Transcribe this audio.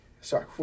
Sorry